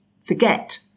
forget